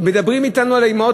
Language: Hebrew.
מדברים אתנו על האימהות,